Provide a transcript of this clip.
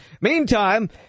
Meantime